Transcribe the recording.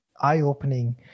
eye-opening